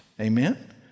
Amen